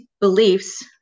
beliefs